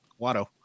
Watto